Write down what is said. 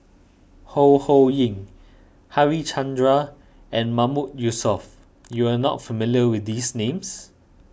Ho Ho Ying Harichandra and Mahmood Yusof you are not familiar with these names